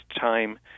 time